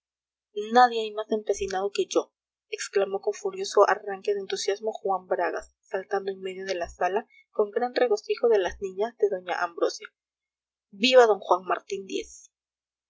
nadie hay más empecinado que yo exclamó con furioso arranque de entusiasmo juan bragas saltando en medio de la sala con gran regocijo de las niñas de doña ambrosia viva d juan martín díez